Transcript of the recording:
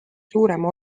suurema